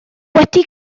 wedi